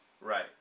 Right